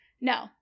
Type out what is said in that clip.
no